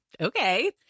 Okay